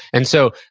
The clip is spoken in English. and so,